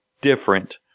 different